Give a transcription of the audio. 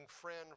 friend